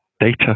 data